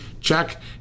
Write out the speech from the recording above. check